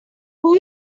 who